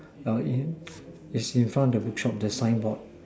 all in is in front of the book shop the sign board